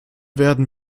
werden